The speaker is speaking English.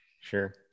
Sure